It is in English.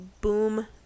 Boom